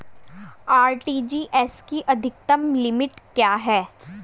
RTGS की अधिकतम limit क्या है?